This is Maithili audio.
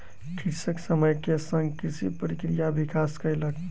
कृषक समय के संग कृषि प्रक्रिया के विकास कयलक